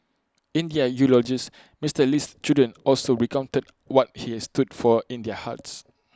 in their eulogies Mister Lee's children also recounted what he has stood for in their hearts